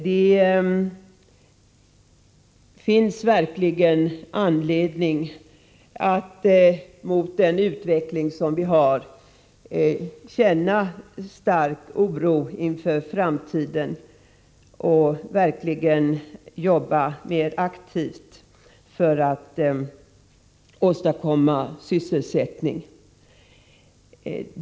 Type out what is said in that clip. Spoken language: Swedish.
Mot bakgrund av den utveckling som vi har finns det verkligen anledning att känna stark oro inför framtiden och att jobba mer aktivt för att åstadkomma sysselsättning.